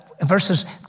verses